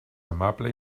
amable